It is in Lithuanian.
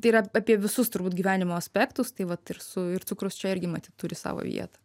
tai yra apie visus turbūt gyvenimo aspektus tai vat ir su ir cukrus čia irgi matyt turi savo vietą